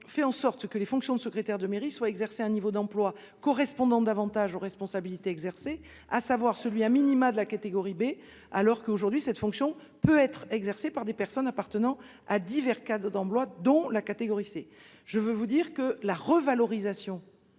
agissons pour que les fonctions de secrétaire de mairie soient exercées à un niveau d'emploi correspondant davantage aux responsabilités exercées, à savoir celui de la catégorie B, alors qu'aujourd'hui ces fonctions peuvent être exercées par des personnes appartenant à divers cadres d'emplois, dont la catégorie C. Je veux vous dire que la revalorisation